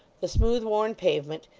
the smooth-worn pavement,